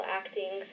acting